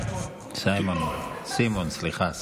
סליחה,